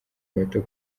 bato